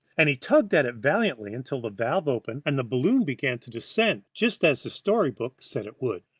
and he tugged at it valiantly until the valve opened and the balloon began to descend, just as the story-book said it would.